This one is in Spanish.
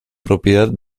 propiedad